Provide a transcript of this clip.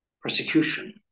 persecution